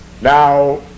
Now